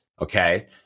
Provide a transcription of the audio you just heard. Okay